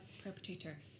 perpetrator